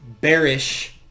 bearish